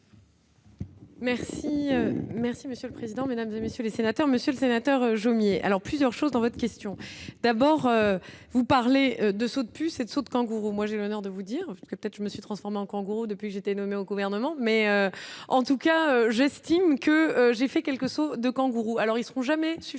Merci, merci, monsieur le président, Mesdames et messieurs les sénateurs, Monsieur le Sénat. Thor Jomier alors plusieurs choses dans votre question, d'abord, vous parlez de sauts de puces et de sauts de kangourou, moi j'ai l'honneur de vous dire que peut-être, je me suis transformant en kangourou, depuis, j'ai été nommé au gouvernement, mais en tout cas, j'estime que j'ai fait quelques sauts de kangourou, alors ils seront jamais suffisants